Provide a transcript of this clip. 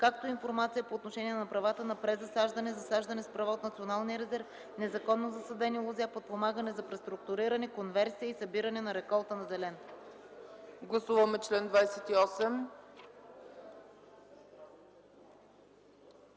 както и информация по отношение на правата на презасаждане, засаждане с права от Националния резерв, незаконно засадени лозя, подпомагане за преструктуриране, конверсия и събиране на реколта на зелено.”